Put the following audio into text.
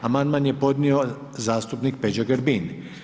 Amandman je podnio zastupnik Peđa Grbin.